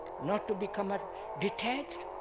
not to become ah detached,